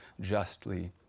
justly